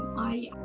i